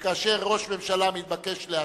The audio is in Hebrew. וכאשר ראש ממשלה מתבקש להשיב,